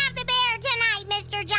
um the bear tonight mr. yeah